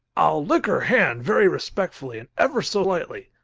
i'll lick her hand very respectfully and ever so lightly!